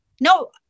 no